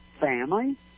family